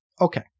Okay